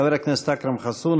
חבר הכנסת אכרם חסון.